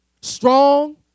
strong